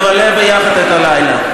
נבלה יחד את הלילה.